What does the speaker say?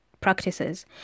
practices